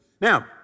Now